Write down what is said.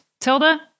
Tilda